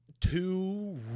two